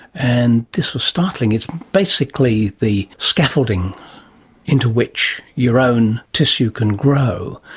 and this was startling. it's basically the scaffolding into which your own tissue can grow.